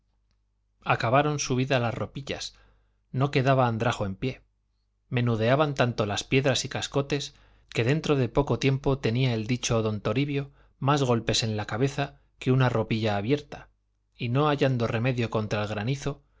acabaron su vida las ropillas no quedaba andrajo en pie menudeaban tanto las piedras y cascotes que dentro de poco tiempo tenía el dicho don toribio más golpes en la cabeza que una ropilla abierta y no hallando remedio contra el granizo